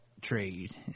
trade